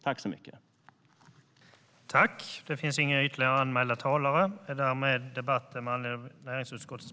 Granskning av meddelande om handel för alla